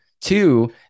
two